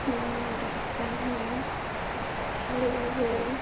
ମୁଁ ମୋର ଆପଏଣ୍ଟମେଣ୍ଟ ଛାଡ଼ିବା ବେଳେ